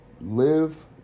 live